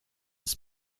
its